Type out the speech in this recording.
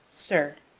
sir,